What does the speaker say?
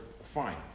fine